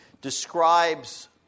describes